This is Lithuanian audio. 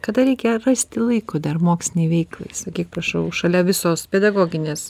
kada reikia rasti laiko dar mokslinei veiklai sakyk prašau šalia visos pedagoginės